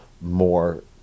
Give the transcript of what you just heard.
more